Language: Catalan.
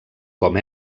com